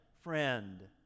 friend